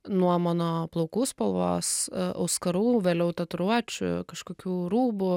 nuo mano plaukų spalvos auskarų vėliau tatuiruočių kažkokių rūbų